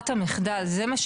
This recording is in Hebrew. בסדר גמור.